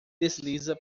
desliza